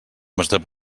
sistemes